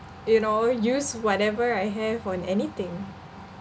you know use whatever I have on anything